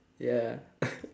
ya